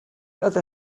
other